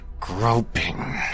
groping